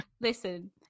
listen